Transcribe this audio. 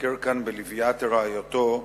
המבקר כאן בלוויית רעייתו,